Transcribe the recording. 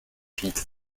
heated